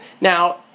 Now